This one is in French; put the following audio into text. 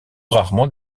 rarement